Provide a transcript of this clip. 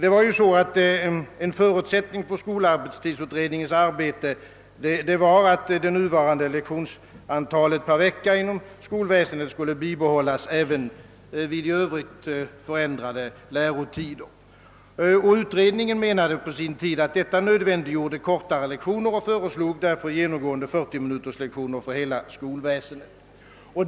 En förutsättning för skolarbetstidsutredningens arbete var, att det nuvarande lektionsantalet per vecka inom skolväsendet skulle bibehållas även vid i övrigt förändrade lärotider. Utredningen menade på sin tid att detta nödvändiggjorde kortare lektioner. Den föreslog därför 40-minuterslektioner inom hela skolväsendet.